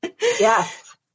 Yes